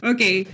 Okay